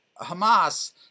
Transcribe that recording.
Hamas